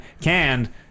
Canned